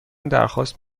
درخواست